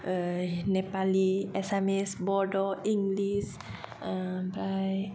ओ नेपालि आसामिस बड' इंग्लिश आमफ्राय